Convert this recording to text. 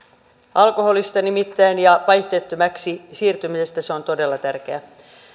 alkoholista nimittäin ja päihteettömäksi siirtyminen on todella tärkeää